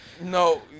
No